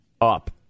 up